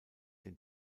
den